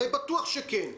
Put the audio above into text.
הרי בטוח שכן.